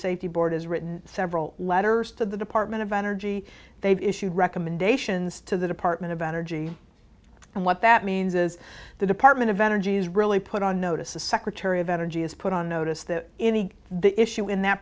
safety board has written several letters to the department of energy they've issued recommendations to the department of energy and what that means is the department of energy is really put on notice the secretary of energy is put on notice that any the issue in that